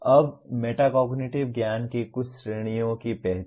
अब मेटाकोग्निटिव ज्ञान के कुछ श्रेणियों की पहचान